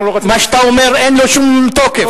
מה שאתה אומר, אין לו שום תוקף.